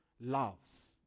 loves